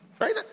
right